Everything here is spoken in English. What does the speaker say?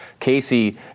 Casey